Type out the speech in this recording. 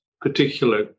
particular